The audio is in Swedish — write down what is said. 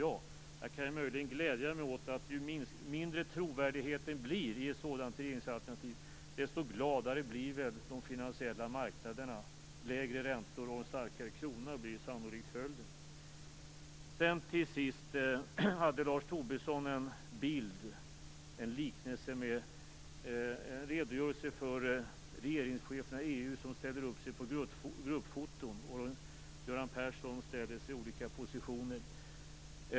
Jag kan möjligen glädja mig åt att ju mindre trovärdigheten blir i ett sådant regeringsalternativ, desto gladare blir väl de finansiella marknaderna. Lägre räntor och en starkare krona blir sannolikt följden. Till sist redogjorde Lars Tobisson för hur regeringscheferna i EU ställer upp sig för gruppfoton, och hur Göran Persson ställer sig i olika positioner.